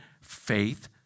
faith